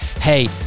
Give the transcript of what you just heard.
Hey